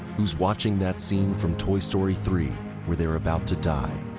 who's watching that scene from toy story three where they're about to die.